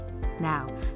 Now